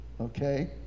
Okay